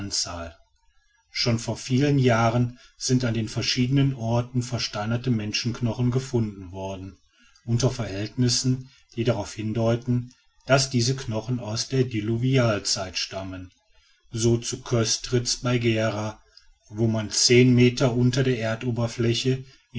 schon vor vielen jahren sind an verschiedenen orten versteinerte menschenknochen gefunden worden unter verhältnissen die darauf hindeuten daß diese knochen aus der diluvialzeit stammen so zu köstriz bei gera wo man zehn meter unter der erdoberfläche